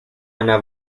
anna